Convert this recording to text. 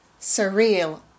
surreal